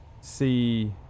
see